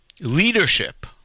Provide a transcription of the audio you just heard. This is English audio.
leadership